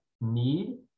need